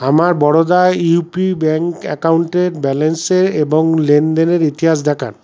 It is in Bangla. আমার বরোদা ইউপি ব্যাঙ্ক অ্যাকাউন্টের ব্যালেন্সে এবং লেনদেনের ইতিহাস দেখান